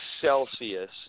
Celsius